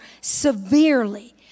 severely